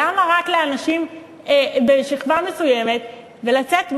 למה רק לאנשים בשכבה מסוימת, לצאת "מגניבים"